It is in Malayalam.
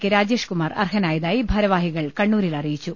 കെ രാജേഷ് കുമാർ അർഹനായതായി ഭാര വാഹികൾ കണ്ണൂരിൽ അറിയിച്ചു